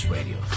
Radio